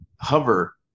hover